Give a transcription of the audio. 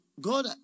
God